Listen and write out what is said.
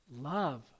love